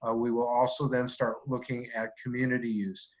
ah we will also then start looking at community use,